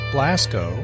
Blasco